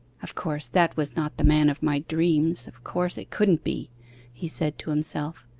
of course, that was not the man of my dreams of course, it couldn't be he said to himself.